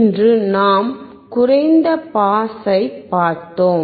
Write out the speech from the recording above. இன்று நாம் குறைந்த பாஸைப் பார்த்தோம்